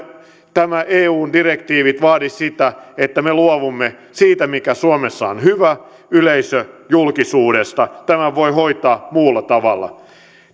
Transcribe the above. tämä eun direktiivi vaadi sitä että me luovumme siitä mikä suomessa on hyvä yleisöjulkisuudesta tämän voi hoitaa muulla tavalla